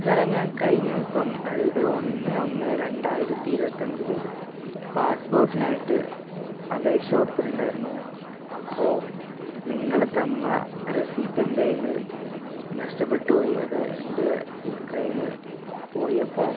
സാറെ ഞാൻ കഴിഞ്ഞ ദിവസം അതായത് ഒന്ന് ഒന്ന് രണ്ടായിരത്തി ഇരുപത്തഞ്ചിൽ പാസ്പോർട്ടിനായിട്ട് അപേക്ഷ കൊടുത്തിട്ടുണ്ടായിരുന്നു അപ്പോൾ നിങ്ങൾ തന്ന റെസീപ്റ്റ് എൻ്റെ കയ്യിൽ നിന്ന് നഷ്ടപ്പെട്ടുപോയി അത് എൻ്റെ കയ്യിൽ നിന്നു പോയി അപ്പോൾ